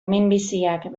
minbiziak